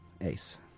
Ace